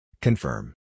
Confirm